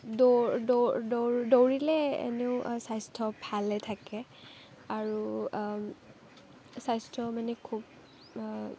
দৌৰিলে এনেও স্বাস্থ্য ভালে থাকে আৰু স্বাস্থ্য মানে খুব